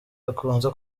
akunze